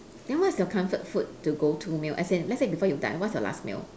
then what's your comfort food to go-to meal as in let's say before you die what's your last meal